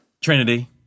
Trinity